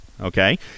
Okay